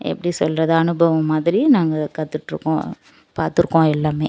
எப்படி சொல்கிறது அனுபவம் மாதிரி நாங்கள் கற்றுட்ருக்கோம் பார்த்துருக்கோம் எல்லாமே